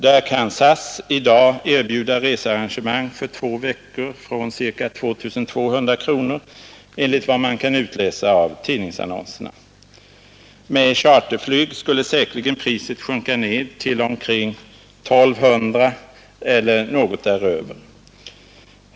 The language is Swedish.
Där kan SAS i dag erbjuda researrangemang för två veckor från irka 2 200 kronor enligt vad man kan utläsa av tidningsannonserna. Med charterflyg skulle säkerligen priset sjunka till omkring 1 200 kronor eller något däröver.